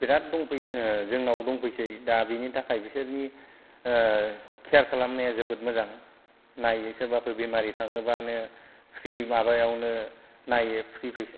बिरात दंफै जोंनाव दंफैनोसै दा बेनि थाखाय बिसोरनि केयर खालामनाया जोबोत मोजां नायो सोरबाफोर बेमारि थाङोबानो फ्रि माबायावनो नायो फ्रि फैसा